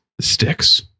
sticks